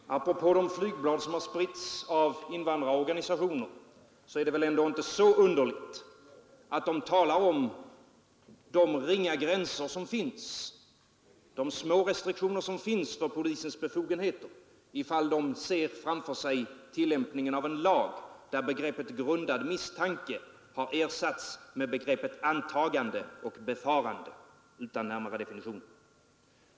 Herr talman! Apropå de flygblad som har spritts av invandrarorganisationer är det väl inte så underligt att de talar om de ringa begränsningar, de obetydliga restriktioner som finns för polisens befogenheter, ifall de ser framför sig tillämpningen av en lag där begreppet grundad misstanke har ersatts med begreppen antagande och befarande, utan närmare definitioner.